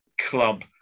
club